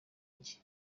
njye